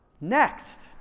next